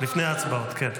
לפני ההצבעות, כן.